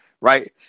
Right